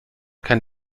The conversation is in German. kein